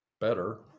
better